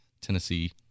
Tennessee –